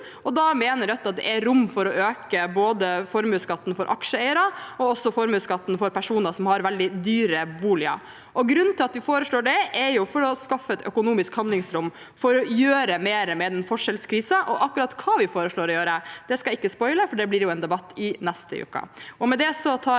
Da mener Rødt at det er rom for å øke både formuesskatten for aksjeeiere og også formuesskatten for personer som har veldig dyre boliger. Grunnen til at vi foreslår det, er å skaffe et økonomisk handlingsrom for å gjøre mer med den forskjellskrisen. Akkurat hva vi foreslår å gjøre, skal jeg ikke spoile. Det blir en debatt i neste uke.